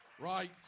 Right